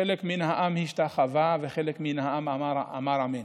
חלק מן העם השתחווה וחלק מן העם אמר אמן.